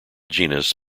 genus